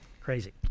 Crazy